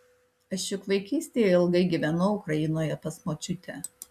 aš juk vaikystėje ilgai gyvenau ukrainoje pas močiutę